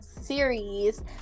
series